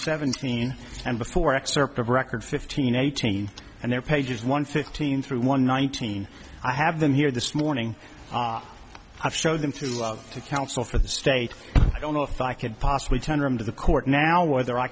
seventeen and before excerpt of record fifteen eighteen and their pages one fifteen through one nineteen i have them here this morning i showed them to the counsel for the state i don't know if i could possibly tender them to the court now whether i